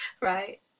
Right